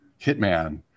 hitman